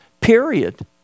period